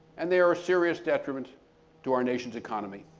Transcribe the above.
and they're a serious detriment to our nation's economy.